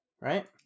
right